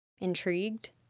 intrigued